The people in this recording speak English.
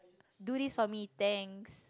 do this for me thanks